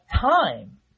time